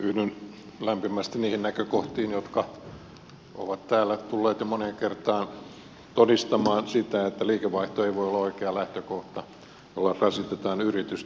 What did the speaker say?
yhdyn lämpimästi niihin näkökohtiin jotka ovat täällä tulleet jo moneen kertaan todistamaan sitä että liikevaihto ei voi olla oikea lähtökohta jolla rasitetaan yritystä